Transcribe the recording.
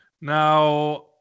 now